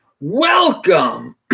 Welcome